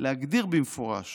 להגדיר במפורש